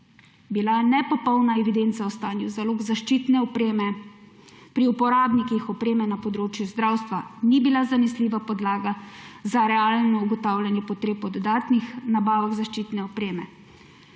Bila je nepopolna evidenca o stanju zalog zaščitne opreme, pri uporabnikih opreme na področju zdravstva ni bila zanesljiva podlaga za realno ugotavljanje potreb po dodatnih nabavah zaščitne opreme.